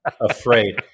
afraid